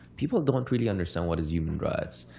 people don't really understand what is human rights.